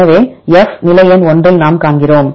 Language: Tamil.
எனவே F நிலை எண் 1 இல் நாம் காண்கிறோம்